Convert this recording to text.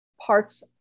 parts